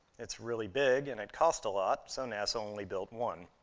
it's really big, and it cost a lot, so nasa only built one.